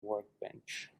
workbench